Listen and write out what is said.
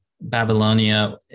Babylonia